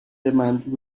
demand